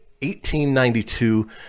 1892